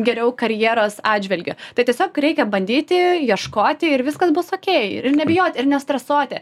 geriau karjeros atžvilgiu tai tiesiog reikia bandyti ieškoti ir viskas bus okei ir nebijoti ir nestresuoti